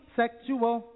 sexual